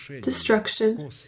destruction